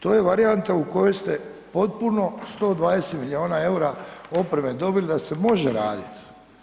To je varijanta u kojoj ste potpuno 120 milijuna eura opreme dobili da se može raditi.